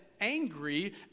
angry